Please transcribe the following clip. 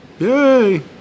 Yay